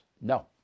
No